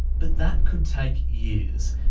but that could take years,